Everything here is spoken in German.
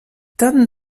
dann